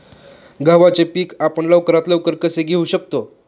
गव्हाचे पीक आपण लवकरात लवकर कसे घेऊ शकतो?